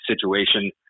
situation